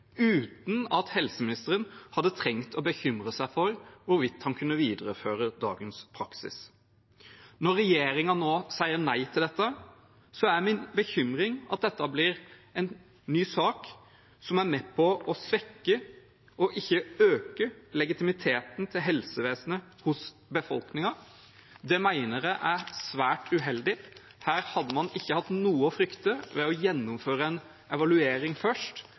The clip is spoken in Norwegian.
uten at helseministeren hadde trengt å bekymre seg for hvorvidt han kunne videreføre dagens praksis. Når regjeringen nå sier nei til dette, er min bekymring at dette blir en ny sak som er med på å svekke, ikke øke, legitimiteten til helsevesenet hos befolkningen. Det mener jeg er svært uheldig. Her hadde man ikke hatt noe å frykte ved å gjennomføre en evaluering først.